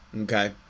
okay